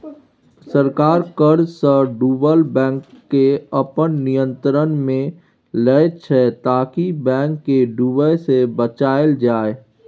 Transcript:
सरकार कर्जसँ डुबल बैंककेँ अपन नियंत्रणमे लैत छै ताकि बैंक केँ डुबय सँ बचाएल जाइ